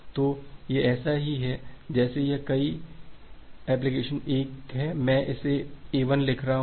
तो यह ऐसा है जैसे यह कहें कि यह एप्लीकेशन 1 है मैं इसे ए1 लिख रहा हूं